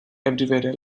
everywhere